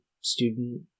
student